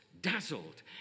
dazzled